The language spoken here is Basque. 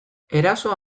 erasoa